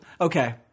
Okay